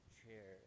chair